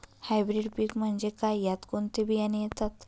Hybrid पीक म्हणजे काय? यात कोणते बियाणे येतात?